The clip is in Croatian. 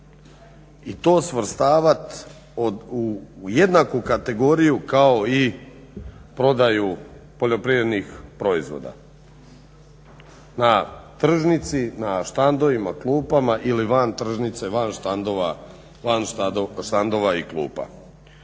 i to svrstavati u jednaku kategoriju kao i prodaju poljoprivrednih proizvoda. Na tržnici, na štandovima, klupama ili van tržnice, van štandova i klupa.